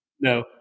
No